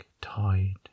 tide